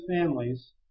families